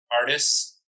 artists